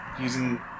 Using